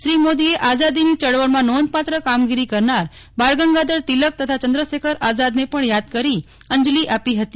શ્રી મોદીએ આઝાદીની ચળવળમાં નોંધપાત્ર કામગીરી કરનાર બાળગંગાધર તિલક તથા ચંદ્રશેખર આઝાદને પણ યાદ કરી અંજલી આપી હતી